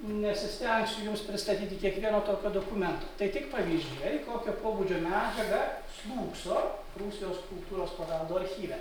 nesistengsiu jums pristatyti kiekvieno tokio dokumento tai tik pavyzdžiai kokio pobūdžio medžiaga slūgso prūsijos kultūros paveldo archyve